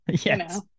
Yes